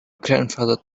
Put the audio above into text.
grandfather